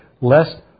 Lest